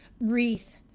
wreath